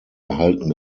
erhalten